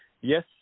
Yes